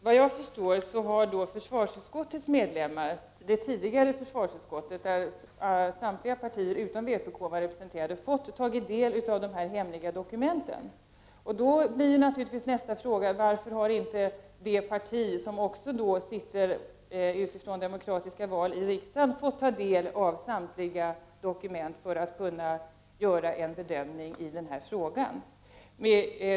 Herr talman! Enligt vad jag förstår har då medlemmarna i det tidigare försvarsutskottet, där samtliga partier utom vpk var representerade, fått ta del av de hemliga dokumenten. Nästa fråga blir då: Varför har inte samtliga partier som på grundval av demokratiska val sitter i riksdagen fått ta del av alla dokument, så att de har kunnat göra en bedömning av frågan?